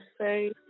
say